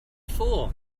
fool